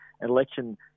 election